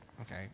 okay